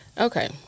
Okay